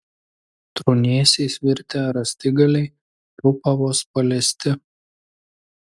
trūnėsiais virtę rąstigaliai trupa vos paliesti